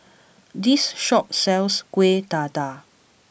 this shop sells Kueh Dadar